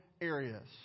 areas